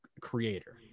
creator